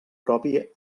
propi